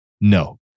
no